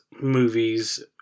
movies